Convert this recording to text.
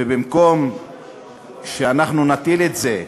ובמקום שאנחנו נטיל את זה,